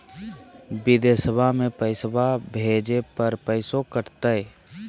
बिदेशवा मे पैसवा भेजे पर पैसों कट तय?